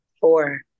four